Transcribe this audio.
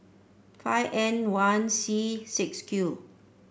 five N one C six Q